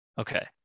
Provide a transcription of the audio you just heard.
Okay